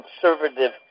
conservative